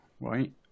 right